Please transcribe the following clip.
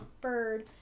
bird